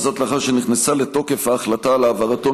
וזאת לאחר שנכנסה לתוקף ההחלטה על העברתו